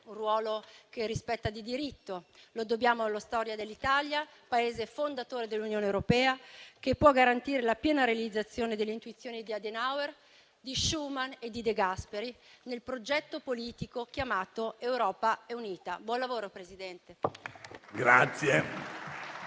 il ruolo che gli spetta di diritto: lo dobbiamo alla storia dell'Italia, Paese fondatore dell'Unione europea, che può garantire la piena realizzazione delle intuizioni di Adenauer, di Schuman e di De Gasperi, nel progetto politico chiamato Europa unita. Buon lavoro, Presidente.